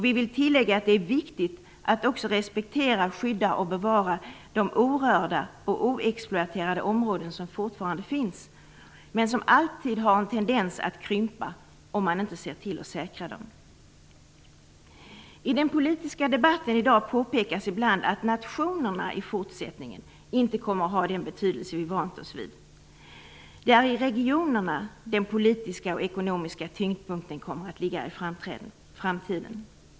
Vi vill tillägga att det är viktigt att också respektera, skydda och bevara de orörda och oexploaterade områden som fortfarande finns men som alltid har en tendens att krympa, om man inte ser till att säkra dem. I den politiska debatten i dag påpekas ibland att nationerna i fortsättningen inte kommer att ha den betydelse som vi vant oss vid. Det är i regionerna som den politiska och ekonomiska tyngdpunkten kommer att ligga i framtiden.